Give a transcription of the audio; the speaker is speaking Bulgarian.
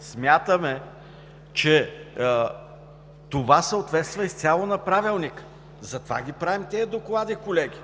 Смятаме, че това съответства изцяло на Правилника, затова правим тези доклади, колеги.